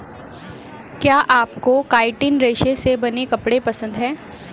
क्या आपको काइटिन रेशे से बने कपड़े पसंद है